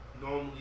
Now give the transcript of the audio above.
Normally